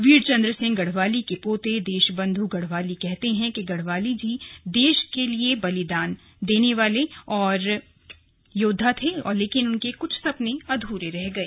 वीर चंद्र सिंह गढ़वाली के पोते देशबन्ध् गढ़वाली कहते हैं कि गढ़वाली जी ने देश के लिए बलिदान दिया लेकिन उनके कुछ सपने अधूरे रह गए